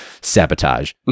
sabotage